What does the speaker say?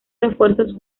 refuerzos